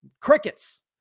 Crickets